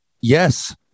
yes